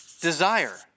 desire